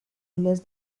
less